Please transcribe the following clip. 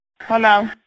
Hello